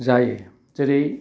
जायो जेरै